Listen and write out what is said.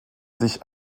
sich